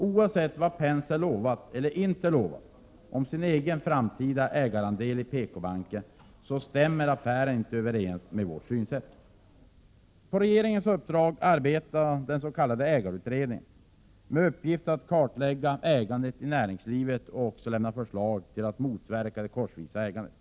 Oavsett vad Penser lovat eller inte lovat om sin egen framtida ägarandel i PKbanken, stämmer affären inte överens med vårt synsätt. På regeringens uppdrag arbetar den s.k. ägarutredningen med uppgift att kartlägga ägandet i näringslivet och lämna förslag till att motverka det korsvisa ägandet.